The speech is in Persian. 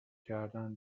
کردن